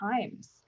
times